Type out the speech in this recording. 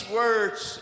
words